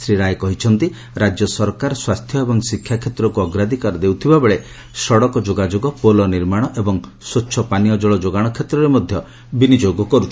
ଶ୍ରୀ ରାଏ କହିଛନ୍ତି ରାଜ୍ୟ ସରକାର ସ୍ୱାସ୍ଥ୍ୟ ଏବଂ ଶିକ୍ଷାକ୍ଷେତ୍ରକୁ ଅଗ୍ରାଧିକାର ଦେଇଥିବାବେଳେ ସଡକ ଯୋଗାଯୋଗ ପୋଲ ନିର୍ମାଣ ଏବଂ ସ୍ୱଚ୍ଛ ପାନୀୟ ଜଳ ଯୋଗାଣ କ୍ଷେତ୍ରରେ ମଧ୍ୟ ବିନିଯୋଗ କରୁଛନ୍ତି